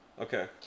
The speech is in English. Okay